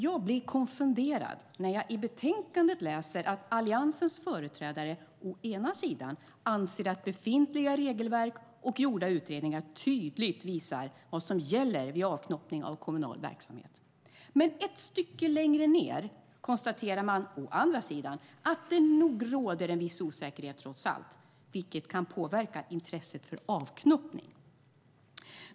Jag blir konfunderad när jag i betänkandet läser att Alliansens företrädare å ena sidan anser att befintliga regelverk och gjorda utredningar tydligt visar vad som gäller vid avknoppning av kommunal verksamhet. Men ett stycke längre ner konstaterar man, å andra sidan, att det nog råder en viss osäkerhet trots allt, vilket kan påverka intresset för avknoppning.